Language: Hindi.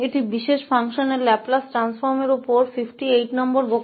यह विशेष फंक्शन्स के लाप्लास ट्रांसफॉर्म पर व्याख्यान संख्या 58 है